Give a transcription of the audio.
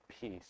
peace